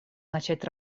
начать